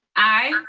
aye.